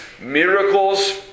miracles